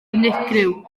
unigryw